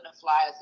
flyers